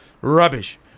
Rubbish